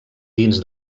dins